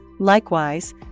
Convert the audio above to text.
Likewise